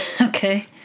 Okay